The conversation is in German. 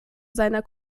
seiner